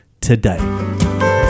today